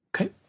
Okay